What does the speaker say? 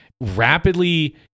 rapidly